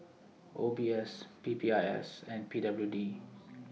O B S P P I S and P W D